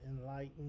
enlightened